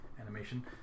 animation